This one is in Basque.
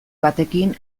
batekin